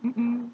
mm